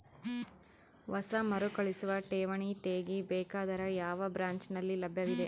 ಹೊಸ ಮರುಕಳಿಸುವ ಠೇವಣಿ ತೇಗಿ ಬೇಕಾದರ ಯಾವ ಬ್ರಾಂಚ್ ನಲ್ಲಿ ಲಭ್ಯವಿದೆ?